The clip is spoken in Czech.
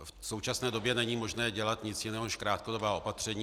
V současné době není možné dělat nic jiného než krátkodobá opatření.